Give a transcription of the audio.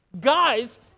Guys